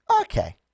Okay